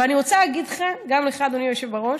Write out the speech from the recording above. ואני רוצה להגיד לך, גם לך, אדוני היושב בראש,